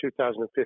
2015